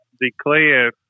declare